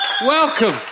Welcome